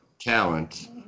talent